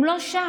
הם לא שם,